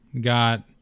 got